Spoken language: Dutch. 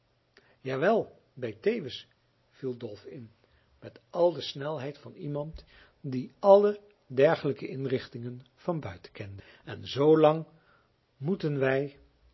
wel bij teeuwis viel dolf in met al de snelheid van iemand die alle dergelijke inrichtingen van buiten kende en zoo lang moeten wij